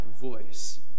voice